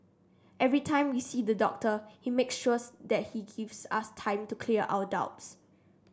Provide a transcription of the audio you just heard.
every time we see the doctor he makes sure's that he gives us time to clear our doubts